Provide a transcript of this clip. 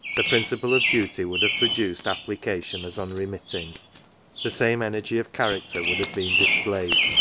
the principle of duty would have produced application as unremitting the same energy of character would have been displayed,